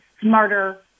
smarter